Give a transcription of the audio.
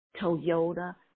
Toyota